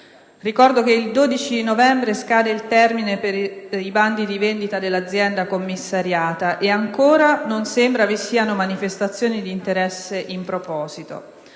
Ricordo che il 12 novembre scade il termine per i bandi di vendita dell'azienda commissariata e ancora non sembra vi siano manifestazioni di interesse in proposito.